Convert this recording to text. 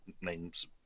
name's